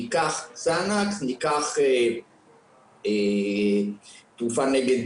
'ניקח קסנקס, ניקח תרופה נגד